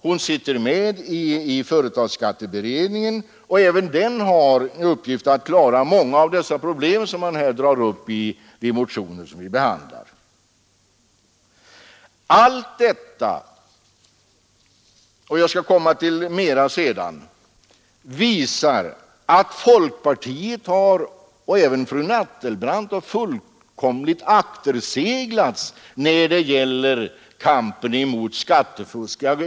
Hon är också med i företagsskatteberedningen, och även den har till uppgift att utreda många av de problem som tas upp i motionen. Allt detta — jag skall komma till mera sedan — visar att folkpartiet, och även fru Nettelbrandt, har fullkomligt akterseglats i kampen mot s.k. skattefusk.